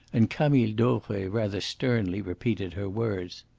and camille dauvray rather sternly repeated her words.